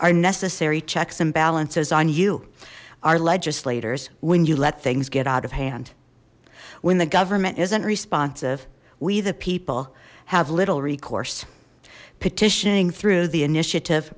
are necessary checks and balances on you our legislators when you let things get out of hand when the government isn't responsive we the people have little recourse petitioning through the initiative